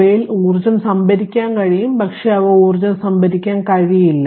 അവയിൽ ഊർജ്ജം സംഭരിക്കാൻ കഴിയും പക്ഷേ അവ ഊർജ്ജം സംഭരിക്കാൻ കഴിയില്ല